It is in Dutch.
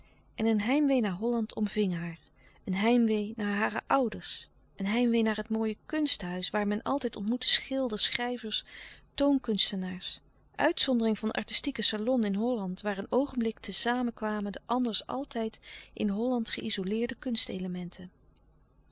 en een heimwee naar holland omving haar een heimwee naar hare ouders een heimwee naar het mooie kunsthuis waar men altijd ontmoette schilders schrijvers toonkunstenaars uitzondering van louis couperus de stille kracht artistieke salon in holland waar een oogenblik te samen kwamen de anders altijd in holland geïzoleerde kunstelementen